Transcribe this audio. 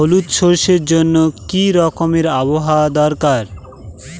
হলুদ সরষে জন্য কি রকম আবহাওয়ার দরকার?